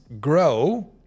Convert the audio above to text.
grow